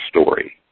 story